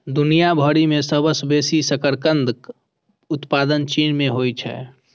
दुनिया भरि मे सबसं बेसी शकरकंदक उत्पादन चीन मे होइ छै